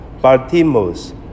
Bartimaeus